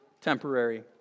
temporary